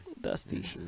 Dusty